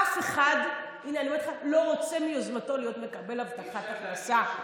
אף אחד לא רוצה מיוזמתו להיות מקבל הבטחת הכנסה.